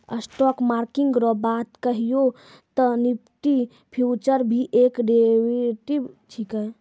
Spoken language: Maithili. स्टॉक मार्किट रो बात कहियो ते निफ्टी फ्यूचर भी एक डेरीवेटिव छिकै